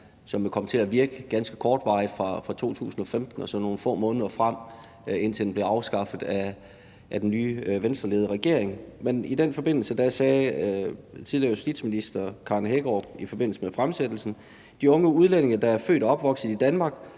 jo kom til at virke ganske kortvarigt, fra 2015 og nogle få måneder frem, indtil den blev afskaffet af den nye Venstreledede regering. Men i den forbindelse sagde tidligere justitsminister Karen Hækkerup i forbindelse med fremsættelsen: »De unge udlændinge, der er født og opvokset i Danmark,